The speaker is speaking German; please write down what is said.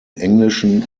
englischen